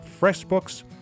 FreshBooks